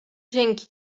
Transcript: dzięki